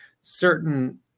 certain